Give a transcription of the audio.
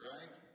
Right